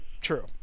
True